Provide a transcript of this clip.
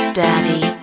daddy